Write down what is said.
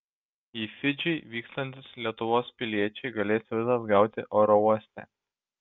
į fidžį vykstantys lietuvos piliečiai galės vizas gauti oro uoste